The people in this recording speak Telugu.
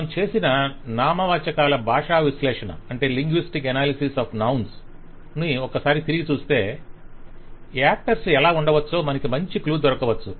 మనం చేసిన నామవాచకాల భాషా విశ్లేషణను ఒకసారి తిరిగి చూస్తే యాక్టర్స్ ఎలా ఉండవచ్చో మనకు మంచి క్లూ దొరకావచ్చు